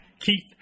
Keith